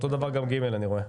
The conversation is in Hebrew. אותו דבר גם ג' אני רואה.